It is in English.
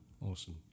Awesome